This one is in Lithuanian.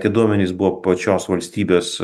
tie duomenys buvo pačios valstybės